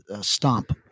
stomp